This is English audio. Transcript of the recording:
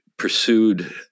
pursued